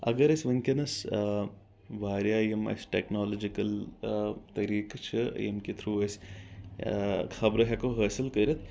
اگر أسۍ ؤنکیٚس واریاہ یِم اسہِ ٹٮ۪کنالجکل طٔریٖقہٕ چھِ ییٚمہِ کہِ تھٔروٗ أسۍ خبرٕ ہٮ۪کو حٲصِل کٔرتھ